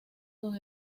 sus